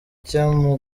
kuryama